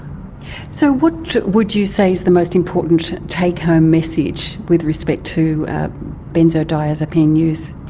so what would you say is the most important and take-home message with respect to benzodiazepine use?